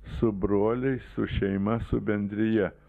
su broliais su šeima su bendrija